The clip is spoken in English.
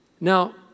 Now